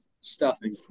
stuffing